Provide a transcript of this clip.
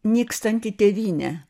nykstanti tėvynė